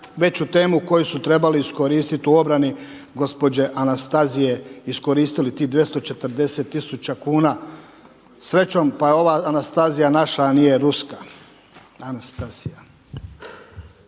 najveću temu koju su trebali iskoristiti u obrani gospođe Anastazije iskoristili tih 240 tisuća kuna. Srećom pa je ova Anastazija naša, a nije ruska